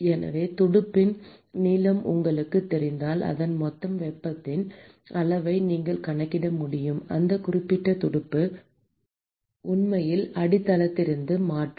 எனவே துடுப்பின் நீளம் உங்களுக்குத் தெரிந்தால் அதன் மொத்த வெப்பத்தின் அளவை நீங்கள் கணக்கிட முடியும் அந்த குறிப்பிட்ட துடுப்பு உண்மையில் அடித்தளத்திலிருந்து மாற்றும்